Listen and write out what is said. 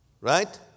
right